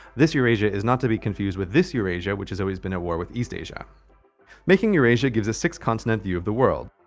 this eurasia is not to be confused with this eurasia, which has always been at war with eastasia making eurasia gives a six continent view of the world.